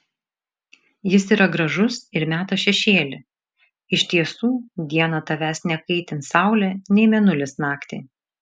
jis yra gražus ir meta šešėlį iš tiesų dieną tavęs nekaitins saulė nei mėnulis naktį